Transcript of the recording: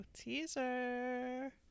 Teaser